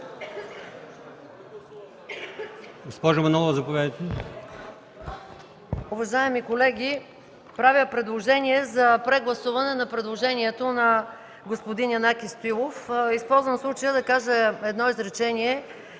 Госпожо Манолова, заповядайте.